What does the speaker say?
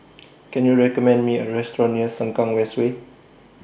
Can YOU recommend Me A Restaurant near Sengkang West Way